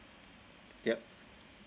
yup